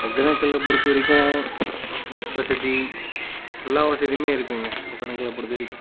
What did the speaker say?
ஒகேனக்கலை பொறுத்தவரைக்கும் பஸ் வசதி எல்லா வசதியுமே இருக்குங்க ஒகேனக்கலை பொறுத்தவரைக்கும்